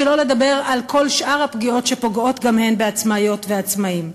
שלא לדבר על כל שאר הפגיעות שפוגעות גם הן בעצמאיות ועצמאים.